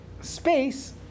space